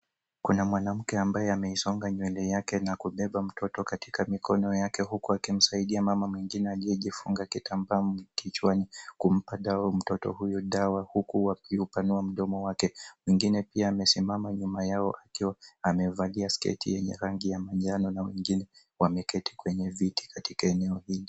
Kuna mwanamke ambaye ameisonga nywele yake na kubeba mtoto katika mikono yake huku akimsaidia mama mwingine aliyefunga kitambaa kichwani kumpa dawa mtoto huyo dawa huku akiupanua mdomo wake. Mwingine pia amesimama nyuma yao akiwa amevalia sketi yenye rangi ya manjano na wengine wameketi kwenye viti katika eneo hili.